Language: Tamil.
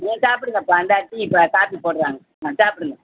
நீ சாப்பிடுங்கப்பா இந்தா டீ இப்போ காப்பி போடுறாங்க ஆ சாப்பிடுங்க